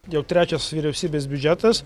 jau trečias vyriausybės biudžetas